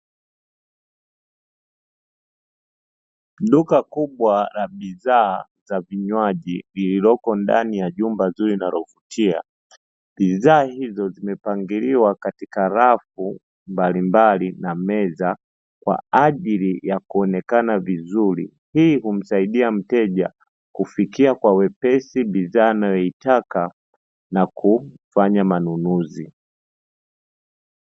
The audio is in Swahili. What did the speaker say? Duka kubwa la bidhaa za vinywaji lililoko ndani ya jumba zuri linalovutia, bidhaa hizo zimepangiliwa kwa katika rafu mbalimbali na meza kwa ajili ya kuonekana vizuri. Hii humsaidia mteja kufikia kwa wepesi bidhaa anayotaka, na kufanya manunuzi.